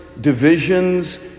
divisions